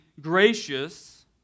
gracious